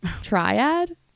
triad